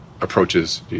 approaches